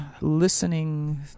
listening